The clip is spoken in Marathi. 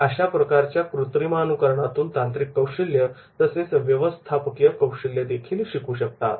ते अशा प्रकारच्या कृत्रिमानुकरणातून तांत्रिक कौशल्य तसेच व्यवस्थापकीय कौशल्यदेखील शिकू शकतात